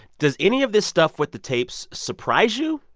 does any of this stuff with the tapes surprise you?